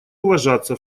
уважаться